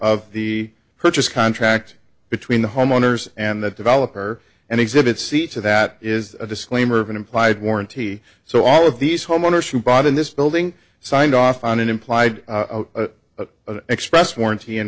of the purchase contract between the homeowners and the developer and exhibit c to that is a disclaimer of an implied warranty so all of these homeowners who bought in this building signed off on an implied express warranty